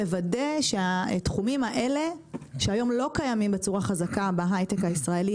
לוודא שהתחומים האלה שהיום לא קיימים בצורה חזקה בהייטק הישראלי,